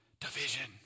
Division